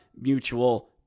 Mutual